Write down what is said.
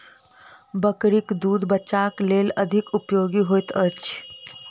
बकरीक दूध बच्चाक लेल अधिक उपयोगी होइत अछि